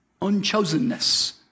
unchosenness